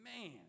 man